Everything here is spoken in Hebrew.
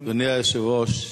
אדוני היושב-ראש,